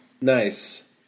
Nice